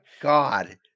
God